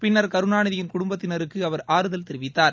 பின்னர் கருணாநிதியின் குடும்பத்தினருக்கு அவர் ஆறுதல் தெரிவித்தார்